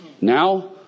now